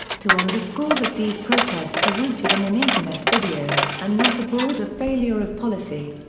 to underscore that these protests are rooted in an internet video, and not a broader failure of policy.